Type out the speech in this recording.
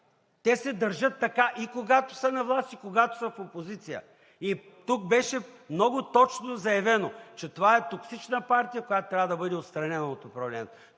Те се държат така и когато са на власт, и когато са в опозиция. И тук беше много точно заявено, че това е токсична партия, която трябва да бъде отстранена от управлението.